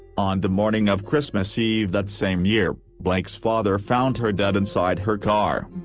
on the morning of christmas eve that same year, blake's father found her dead inside her car.